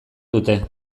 dute